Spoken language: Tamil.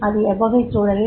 அது எவ்வகைச் சூழலில்